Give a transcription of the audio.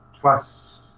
plus